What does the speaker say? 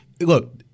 Look